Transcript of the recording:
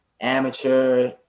amateur